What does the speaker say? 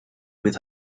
with